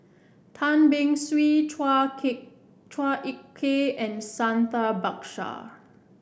Tan Beng Swee Chua K Chua Ek Kay and Santha Bhaskar